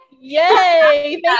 Yay